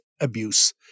abuse